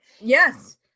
Yes